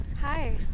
hi